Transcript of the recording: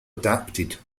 adapted